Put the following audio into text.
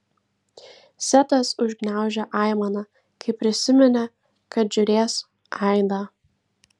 setas užgniaužė aimaną kai prisiminė kad žiūrės aidą